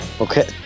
Okay